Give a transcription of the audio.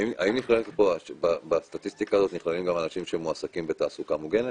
האם בסטטיסטיקה הזאת נכללים גם אנשים שמועסקים בתעסוקה מוגנת?